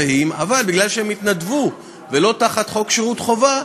אבל בגלל שהם התנדבו והם לא תחת חוק שירות חובה,